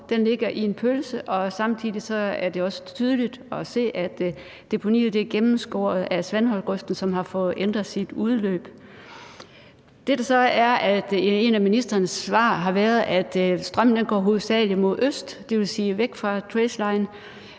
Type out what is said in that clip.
ligger i en pølse, og samtidig er det også tydeligt at se, at deponiet er gennemskåret af Svanholmgrøften, som har fået ændret sit udløb. Det, et af ministerens svar har været, er, at strømmen hovedsagelig går mod øst, dvs. væk fra tracélinjen,